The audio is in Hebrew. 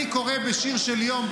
אני קורא בשיר של יום,